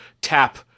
tap